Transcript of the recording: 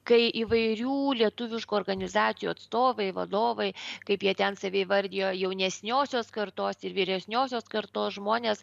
kai įvairių lietuviškų organizacijų atstovai vadovai kaip jie ten save įvardijo jaunesniosios kartos ir vyresniosios kartos žmonės